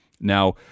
now